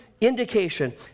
indication